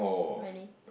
really